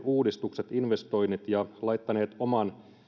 uudistukset investoinnit ja laittaneet oman